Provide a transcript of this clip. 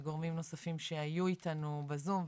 וגורמים נוספים שהיו אתנו בזום.